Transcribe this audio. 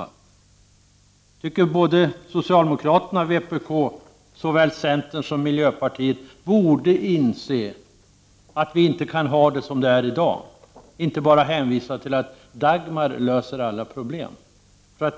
Jag tycker att såväl socialdemokraterna och vpk som centern och miljöpartiet borde inse att vi inte kan ha det som det är i dag, att bara hänvisa till att Dagmar löser alla problem.